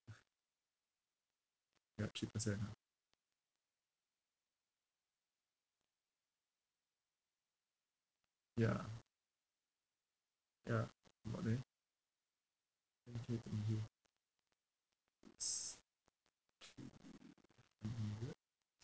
ya three percent ah ya ya s~ three one hundred